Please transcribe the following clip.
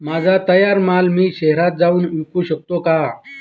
माझा तयार माल मी शहरात जाऊन विकू शकतो का?